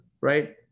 right